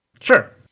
Sure